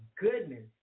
goodness